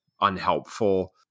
unhelpful